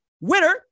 winner